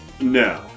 No